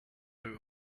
out